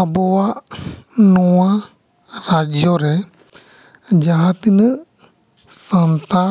ᱟᱵᱚᱣᱟᱜ ᱱᱚᱣᱟ ᱦᱟᱨᱡᱚ ᱨᱮ ᱢᱟᱦᱟᱸ ᱛᱤᱱᱟᱹᱜ ᱥᱟᱱᱛᱟᱲ